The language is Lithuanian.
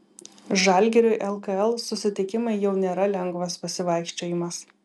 žalgiriui lkl susitikimai jau nėra lengvas pasivaikščiojimas